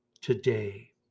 today